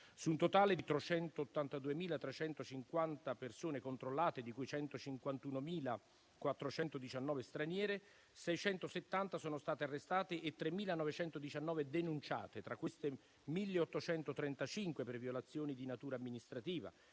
Su un totale di 382.350 persone controllate, di cui 151.419 straniere, 670 sono state arrestate e 3.919 denunciate; tra queste, 1.835 per violazioni di natura amministrativa.